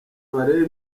barera